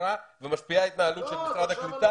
וההגירה ומשפיעה על התנהלות של משרד הקליטה.